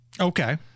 okay